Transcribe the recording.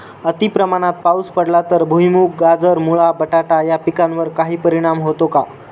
अतिप्रमाणात पाऊस पडला तर भुईमूग, गाजर, मुळा, बटाटा या पिकांवर काही परिणाम होतो का?